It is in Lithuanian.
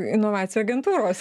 inovacijų agentūros